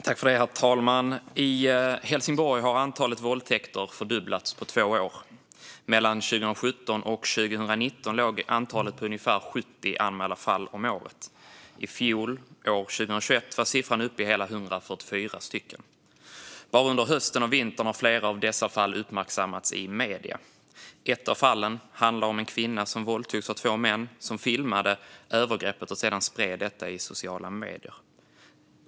Herr talman! I Helsingborg har antalet våldtäkter fördubblats på två år. Mellan 2017 och 2019 låg antalet på ungefär 70 anmälda fall om året. I fjol, 2021, var siffran uppe i hela 144 stycken. Bara under hösten och vintern har flera av dessa fall uppmärksammats i medier. Ett av fallen handlar om en kvinna som våldtogs av två män som filmade övergreppet och sedan spred detta i sociala medier.